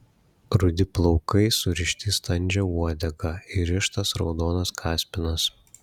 rudi plaukai surišti į standžią uodegą įrištas raudonas kaspinas